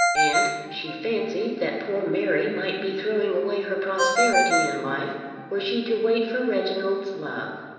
and she fancied that poor mary might be throwing away her prosperity in life were she to wait for reginald's love.